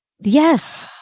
Yes